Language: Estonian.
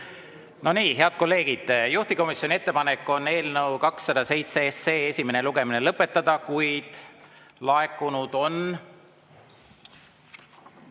nii, head kolleegid, juhtivkomisjoni ettepanek on eelnõu 207 esimene lugemine lõpetada, kuid laekunud on